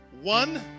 one